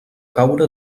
caure